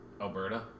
Alberta